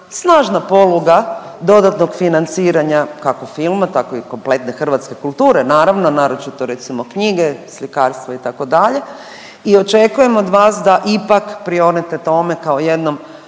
snažna poluga dodatnog financiranja kako filma tako i kompletne hrvatske kulture naravno, naročito recimo knjige, slikarstva itd. i očekujem od vas da ipak prionete tome kao jednom